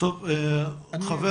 חבר